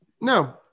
no